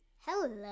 Hello